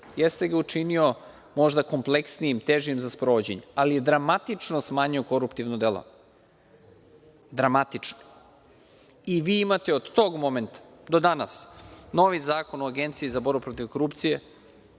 jeste ga učinio, možda, kompleksnijim, težim za sprovođenje, ali je dramatično smanjio koruptivno delovanje. Dramatično. Vi imate od tog momenta do danas, novi Zakon o Agenciji za borbu protiv korupcije